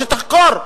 שתחקור,